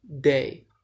Day